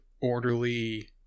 orderly